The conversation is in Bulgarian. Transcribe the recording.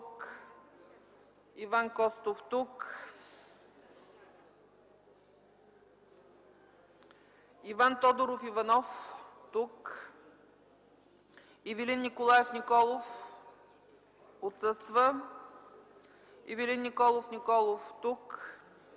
Вълков - тук Иван Тодоров Иванов - тук Ивелин Николаев Николов - отсъства Ивелин Николов Николов - тук